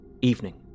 evening